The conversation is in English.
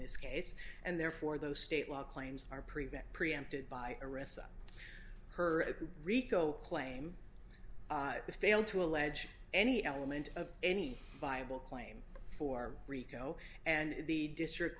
this case and therefore those state law claims are prevent preempted by arista her rico claim failed to allege any element of any viable claim for rico and the district